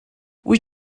wyt